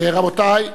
רבותי,